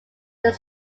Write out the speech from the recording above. their